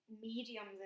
mediums